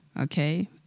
okay